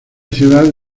ciudad